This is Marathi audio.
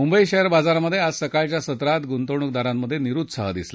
मुंबई शेअर बाजारात आज सकाळच्या सत्रात गुंतवणूकदारांमधे निरुत्साह दिसला